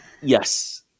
yes